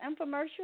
infomercial